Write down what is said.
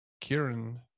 kieran